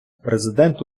президент